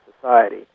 society